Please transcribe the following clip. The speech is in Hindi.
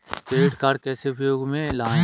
क्रेडिट कार्ड कैसे उपयोग में लाएँ?